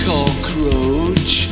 Cockroach